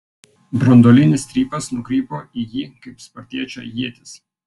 branduolinis strypas nukrypo į jį kaip spartiečio ietis